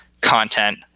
content